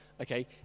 Okay